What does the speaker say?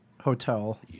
Hotel